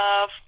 love